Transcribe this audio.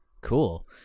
cool